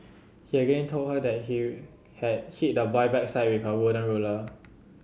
he again told her that he had hit the boy backside with her wooden ruler